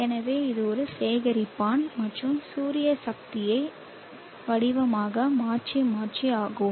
எனவே இது ஒரு சேகரிப்பான் மற்றும் சூரிய சக்தியை மின் வடிவமாக மாற்றும் மாற்றி ஆகும்